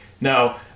Now